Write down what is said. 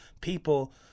people